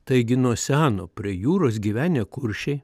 taigi nuo seno prie jūros gyvenę kuršiai